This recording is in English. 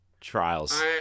Trials